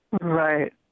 Right